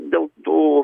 dėl tų